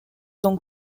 donc